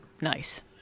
Nice